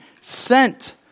sent